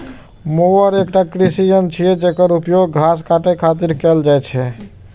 mower एकटा कृषि यंत्र छियै, जेकर उपयोग घास काटै खातिर कैल जाइ छै